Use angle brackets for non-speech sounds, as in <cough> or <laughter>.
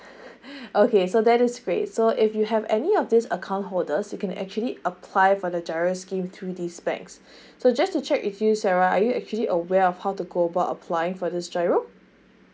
<laughs> okay so that's great so if you have any of this account holders you can actually apply for the giro scheme through these banks so just to check if you sarah are you actually aware of how to go about applying for this giro